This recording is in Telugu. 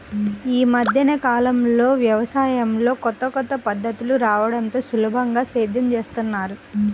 యీ మద్దె కాలంలో యవసాయంలో కొత్త కొత్త పద్ధతులు రాడంతో సులభంగా సేద్యం జేత్తన్నారు